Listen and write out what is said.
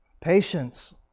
Patience